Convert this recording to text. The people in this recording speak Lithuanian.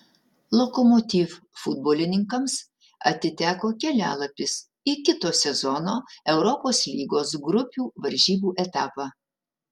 lokomotiv futbolininkams atiteko kelialapis į kito sezono europos lygos grupių varžybų etapą